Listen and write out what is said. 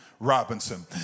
Robinson